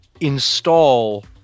install